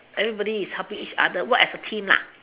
everybody is helping each other work as a team